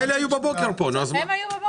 אני אמרתי את זה גם בדיון עצמו, מורי הדרך,